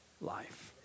life